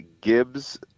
Gibbs